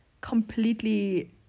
completely